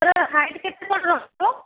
ତା'ର ହାଇଟ୍ କେତେ କ'ଣ ରହିବ